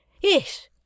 Yes